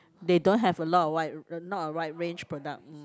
they don't have a lot of wide not a wide range product mm